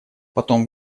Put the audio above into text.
потом